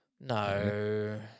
No